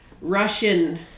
Russian